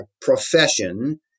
profession